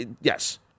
yes